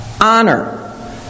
honor